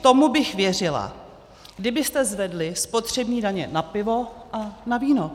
Tomu bych věřila, kdybyste zvedli spotřební daně na pivo a na víno.